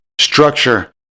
structure